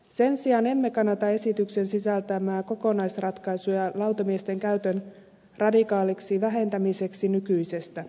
sen sijaan emme kannata esityksen sisältämää kokonaisratkaisua lautamiesten käytön radikaaliksi vähentämiseksi nykyisestä